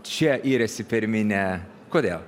čia yrėsi per minią kodėl